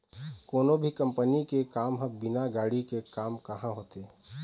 कोनो भी कंपनी के काम ह बिना गाड़ी के काम काँहा होथे